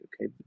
okay